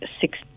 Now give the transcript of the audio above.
six